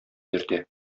йөртә